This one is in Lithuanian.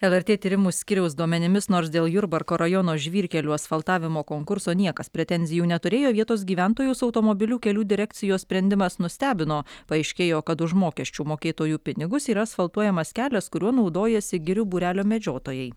lrt tyrimų skyriaus duomenimis nors dėl jurbarko rajono žvyrkelių asfaltavimo konkurso niekas pretenzijų neturėjo vietos gyventojus automobilių kelių direkcijos sprendimas nustebino paaiškėjo kad už mokesčių mokėtojų pinigus yra asfaltuojamas kelias kuriuo naudojasi girių būrelio medžiotojai